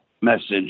message